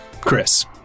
Chris